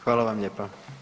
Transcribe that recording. Hvala vam lijepa.